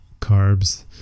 carbs